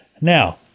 now